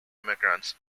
immigrants